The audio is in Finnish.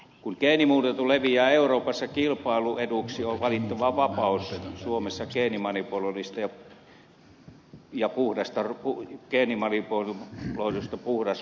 kun geenimuunneltu ruoka leviää euroopassa kilpailueduksi on valittava suomessa vapaus geenimanipuloidusta ruuasta ja puhdas ruoka